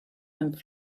and